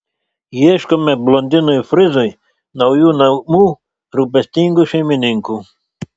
ieškome blondinui frizui naujų namų rūpestingų šeimininkų